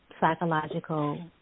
psychological